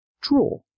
draw